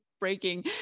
breaking